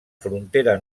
frontera